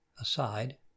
aside